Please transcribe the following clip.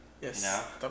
Yes